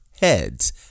heads